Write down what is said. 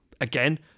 again